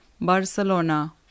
Barcelona